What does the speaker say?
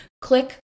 click